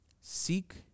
Seek